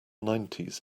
nineties